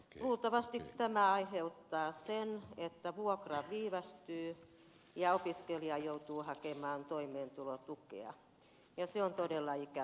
luultavasti tämä aiheuttaa sen että vuokra viivästyy ja opiskelija joutuu hakemaan toimeentulotukea ja se on todella ikävä asia